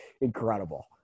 incredible